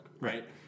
Right